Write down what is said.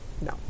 no